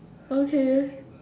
okay